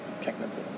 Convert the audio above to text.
technical